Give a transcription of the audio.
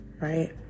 right